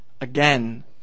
Again